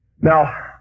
Now